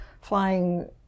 flying